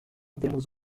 temos